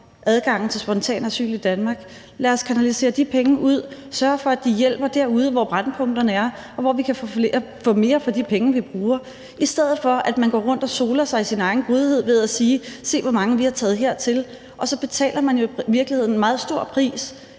adgangen til spontant asyl i Danmark, så lad os kanalisere de penge ud og sørge for, at de hjælper derude, hvor brændpunkterne er, og hvor vi kan få mere for de penge, vi bruger. Det kunne man gøre, i stedet for at man går rundt og soler sig i sin egen godhed ved at sige: Se, hvor mange vi har taget hertil. Og så betaler man jo i virkeligheden en meget stor pris,